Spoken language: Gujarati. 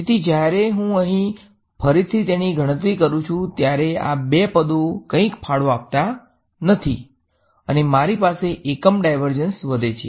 તેથી જ્યારે હું અહીં ફરીથી તેની ગણતરી કરું છું ત્યારે આ બે પદો કંઇજ ફાળો આપતા નથી અને મારી પાસે એકમ ડાયવર્ઝન્સ વધે છે